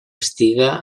estiga